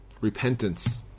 Repentance